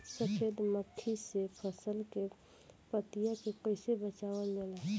सफेद मक्खी से फसल के पतिया के कइसे बचावल जाला?